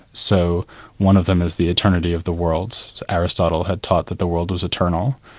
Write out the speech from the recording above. so one of them is the eternity of the world. aristotle had taught that the world is eternal,